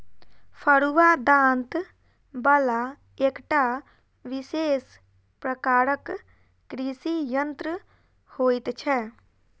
फरूआ दाँत बला एकटा विशेष प्रकारक कृषि यंत्र होइत छै